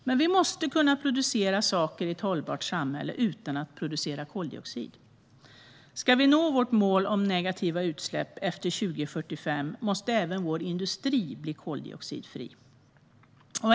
Men i ett hållbart samhälle måste vi kunna producera saker utan att producera koldioxid. Ska vi nå vårt mål om negativa utsläpp efter år 2045 måste även vår industri bli koldioxidfri.